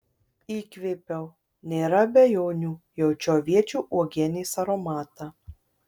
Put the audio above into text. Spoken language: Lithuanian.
įkvėpiau nėra abejonių jaučiu aviečių uogienės aromatą